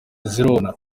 zirona